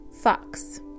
Fox